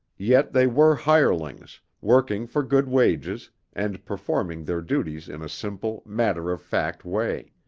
yet they were hirelings, working for good wages and performing their duties in a simple, matter-of-fact way.